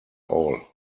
all